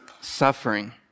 suffering